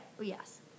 yes